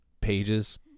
pages